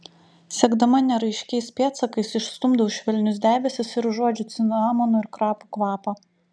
sekdama neraiškiais pėdsakais išstumdau švelnius debesis ir užuodžiu cinamonų ir krapų kvapą